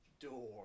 door